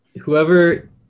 whoever